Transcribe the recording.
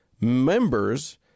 members